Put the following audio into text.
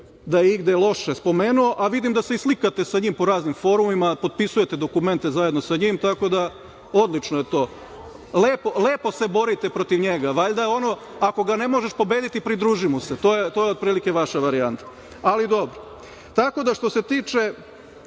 da je igde loše spomenuo, a vidim da se i slikate sa njim po raznim forumima, potpisujete dokumente zajedno sa njim, tako da je odlično to, lepo se borite protiv njega, valjda je ono - Ako ga ne možeš pobediti, pridruži mu se. To je otprilike vaša varijanta. Ali, dobro. Što se tiče